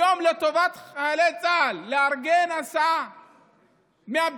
היום לטובת חיילי צה"ל, לארגן הסעה מהבסיסים,